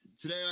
today